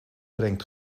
brengt